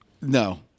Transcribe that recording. No